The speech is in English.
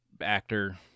actor